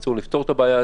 בקיצור לפתור את הבעיה.